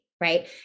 right